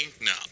No